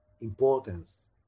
importance